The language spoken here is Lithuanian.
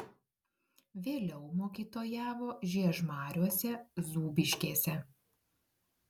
vėliau mokytojavo žiežmariuose zūbiškėse